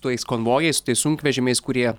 tais konvojais su tai sunkvežimiais kurie